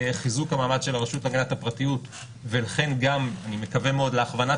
לחיזוק המעמד של הרשות להגנת הפרטיות ולכן גם אני מקווה מאוד להכוונת